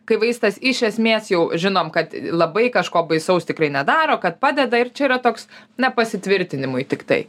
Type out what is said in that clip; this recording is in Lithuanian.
kai vaistas iš esmės jau žinom kad labai kažko baisaus tikrai nedaro kad padeda ir čia yra toks na pasitvirtinimui tiktai